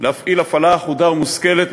להפעיל הפעלה אחודה ומושכלת,